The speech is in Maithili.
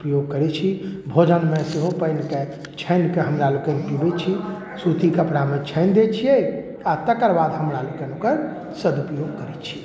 उपयोग करैत छी भोजनमे सेहो पानिके छानिके हमरा लोकनि पीबैत छी सूती कपड़ामे छानि दै छियै आ तकर बाद हमरा लोकनि ओकर सदुपयोग करैत छियै